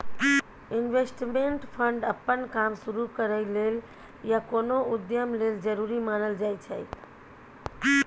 investment fund अप्पन काम शुरु करइ लेल या कोनो उद्यम लेल जरूरी मानल जाइ छै